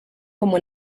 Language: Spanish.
como